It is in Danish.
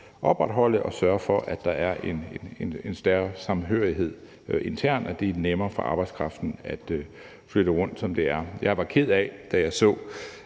opretholde og sørge for, at der er en større samhørighed internt, og at det er nemmere for arbejdskraften at flytte rundt, som det er. Jeg var ked af det, da jeg så,